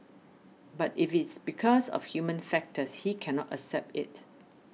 but if it's because of human factors he cannot accept it